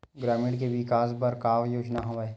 ग्रामीणों के विकास बर का योजना हवय?